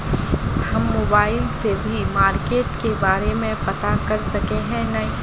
हम मोबाईल से भी मार्केट के बारे में पता कर सके है नय?